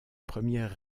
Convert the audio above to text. première